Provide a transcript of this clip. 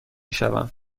شوم